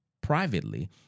privately